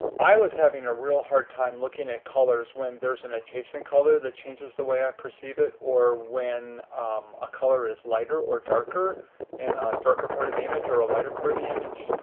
i was having a real hard time looking at colors when there's an adjacent color that changes the way i perceive it, or when a color is lighter or darker in a darker part of the image or a lighter part of the image.